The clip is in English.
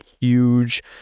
huge